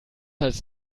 als